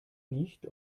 nicht